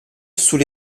sous